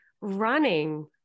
running